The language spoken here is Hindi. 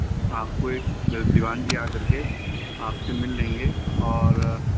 आपको एक दीवान जी आकर के आपसे मिल लेंगे और